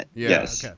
yes.